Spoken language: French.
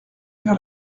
dure